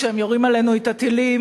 כשהם יורים עלינו את הטילים,